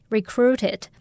Recruited